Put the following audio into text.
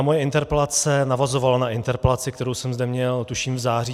Moje interpelace navazovala na interpelaci, kterou jsem zde měl tuším v září 2016.